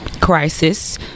crisis